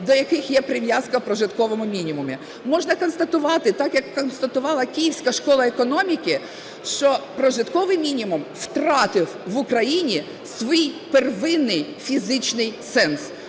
до яких є прив'язка в прожитковому мінімумі. Можна констатувати так, як констатувала Київська школа економіки, що прожитковий мінімум втратив в Україні свій первинний фізичний сенс.